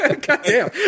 Goddamn